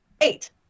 eight